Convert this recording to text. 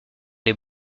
les